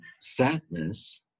sadness